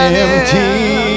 empty